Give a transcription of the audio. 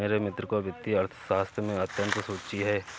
मेरे मित्र को वित्तीय अर्थशास्त्र में अत्यंत रूचि है